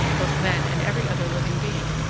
both men and every other living being,